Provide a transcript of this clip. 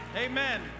Amen